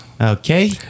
Okay